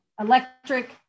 electric